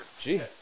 Jeez